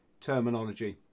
terminology